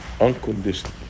unconditional